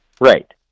Right